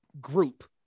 group